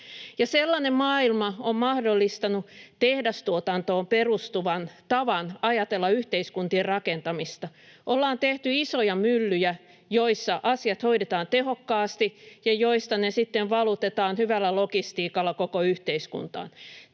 Sellainen maailma on mahdollistanut tehdastuotantoon perustuvan tavan ajatella yhteiskuntien rakentamista. Ollaan tehty isoja myllyjä, joissa asiat hoidetaan tehokkaasti ja joista ne sitten valutetaan hyvällä logistiikalla koko yhteiskuntaan.